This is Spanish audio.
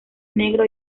negro